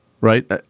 right